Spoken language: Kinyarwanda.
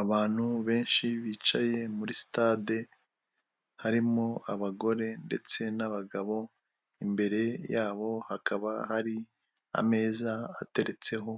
Abantu benshi bicaye muri sitade, harimo abagore ndetse n'abagabo, imbere yabo hakaba hari ameza ateretseho